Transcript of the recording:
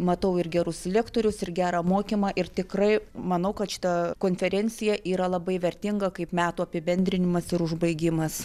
matau ir gerus lektorius ir gerą mokymą ir tikrai manau kad šita konferencija yra labai vertinga kaip metų apibendrinimas ir užbaigimas